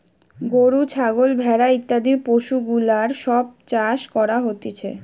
গরু, ছাগল, ভেড়া ইত্যাদি পশুগুলার সব চাষ করা হতিছে